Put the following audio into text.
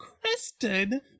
Kristen